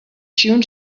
tune